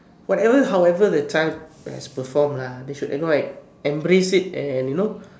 whatever however the child has performed lah they should you know like embrace it and you know